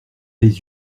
les